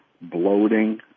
bloating